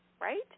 right